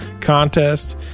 contest